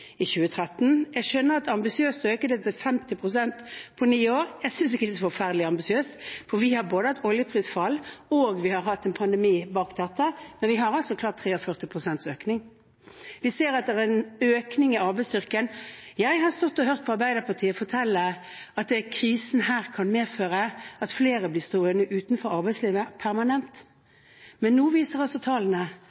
i 2013. Jeg skjønner at det er ambisiøst å øke det til 50 pst. på ni år – jeg synes ikke det er så forferdelig ambisiøst, for vi har hatt både oljeprisfall og en pandemi bak dette – men vi har altså klart 43 pst. økning. Vi ser at det er en økning i arbeidsstyrken. Jeg har stått og hørt Arbeiderpartiet fortelle at denne krisen kan medføre at flere blir stående utenfor arbeidslivet permanent.